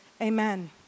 amen